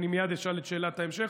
ואני מייד אשאל את שאלת ההמשך,